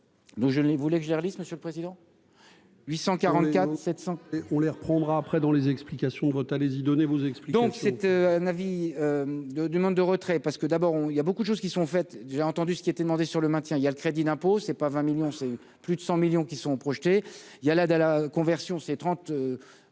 ne les voulais que leur Monsieur le Président, 844700. On les reprendra après dans les explications de vote, allez-y donnez vous explique. C'était un avis de du monde de retrait parce que d'abord on il y a beaucoup de choses qui sont faites, j'ai entendu ce qui était demandé sur le maintien, il y a le crédit d'impôt, c'est pas 20 millions c'est plus de 100 millions qui sont projetés, il y a là de la conversion, c'est